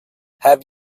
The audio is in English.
have